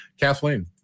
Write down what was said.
Kathleen